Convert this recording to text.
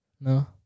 No